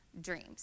dreams